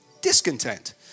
Discontent